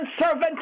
servant